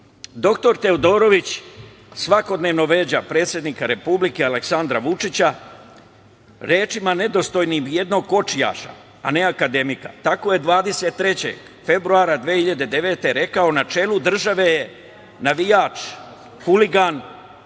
Srbiji. Doktor Teodorović svakodnevno vređa predsednika Republike, Aleksandra Vučića, rečima nedostojnim jednog kočijaša, a ne akademika. Tako je 23. februara 2019. godine rekao: „Na čelu države je navijač, huligan